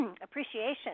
appreciation